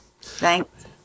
Thanks